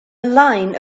line